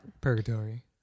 purgatory